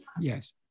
Yes